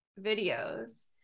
videos